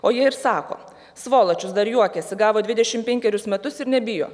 o jie ir sako svolačius dar juokiasi gavo dvidešimt penkerius metus ir nebijo